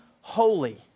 holy